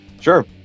Sure